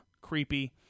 creepy